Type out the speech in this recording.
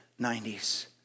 90s